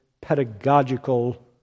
pedagogical